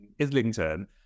Islington